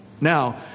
Now